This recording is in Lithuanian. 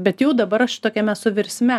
bet jau dabar tokiam esu virsme